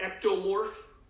ectomorph